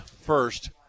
first